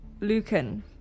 lucan